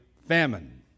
famine